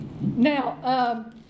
now